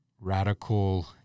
radical